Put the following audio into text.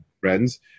friends